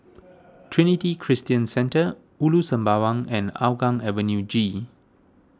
Trinity Christian Centre Ulu Sembawang and Hougang Avenue G